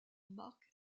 marc